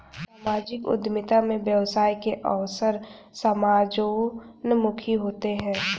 सामाजिक उद्यमिता में व्यवसाय के अवसर समाजोन्मुखी होते हैं